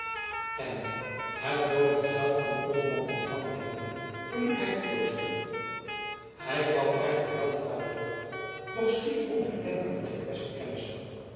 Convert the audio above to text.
en het noodige geld van den olderman ontvangen hebbende verliet hij het klooster hij kwam echter weldra terug doch schier onkenbaar voor zijn beste kennissen